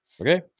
Okay